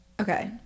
Okay